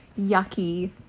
yucky